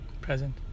present